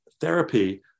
therapy